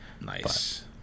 nice